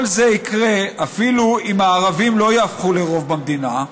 כל זה יקרה אפילו אם הערבים לא ייהפכו לרוב במדינה,